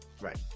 Right